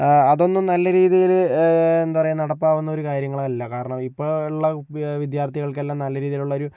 അതൊന്നും നല്ലരീതിയില് എന്താ പറയുക നടക്കാവുന്ന കാര്യങ്ങളല്ല കാരണം ഇപ്പം ഉള്ള വിദ്യാർത്ഥികൾക്ക് എല്ലാം നല്ല രീതിയിലുള്ള ഒരു